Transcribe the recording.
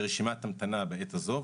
ברשימת המתנה בעת הזו,